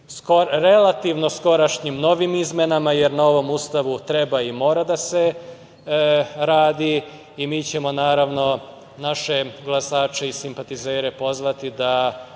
relativno skorašnjim novim izmenama, jer na ovom Ustavu treba i mora i treba da se radi i mi ćemo naravno naše glasače i simpatizere pozvati da